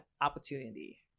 opportunity